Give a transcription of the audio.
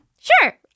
sure